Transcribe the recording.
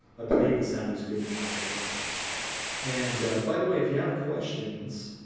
i believe the sound is good now by the way and by the way if you have questions